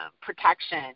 protection